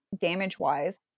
damage-wise